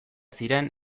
ziren